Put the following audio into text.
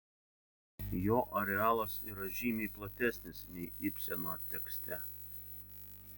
jo arealas yra žymiai platesnis nei ibseno tekste